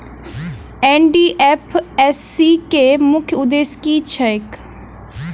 NDFSC केँ मुख्य उद्देश्य की छैक?